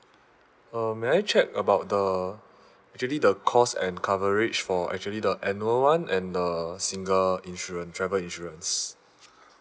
uh may I check about the actually the cost and coverage for actually the annual [one] and the single insurance travel insurance